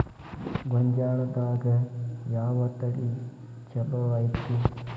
ಗೊಂಜಾಳದಾಗ ಯಾವ ತಳಿ ಛಲೋ ಐತ್ರಿ?